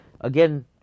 again